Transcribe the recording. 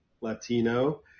Latino